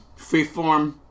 freeform